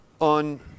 On